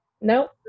nope